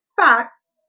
Fox